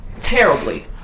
Terribly